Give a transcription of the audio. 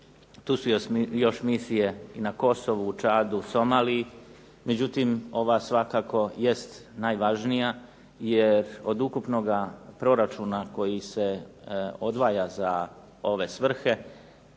tu su još misije i na Kosovu, Čadu u Somaliji. Međutim ova svakako jest najvažnija, jer od ukupnoga proračuna koji se odvaja za ove svrhe